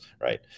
right